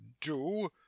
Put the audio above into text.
Do